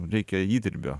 reikia įdirbio